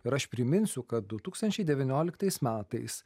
ir aš priminsiu kad du tūkstančiai devynioliktais metais